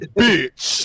bitch